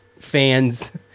Fans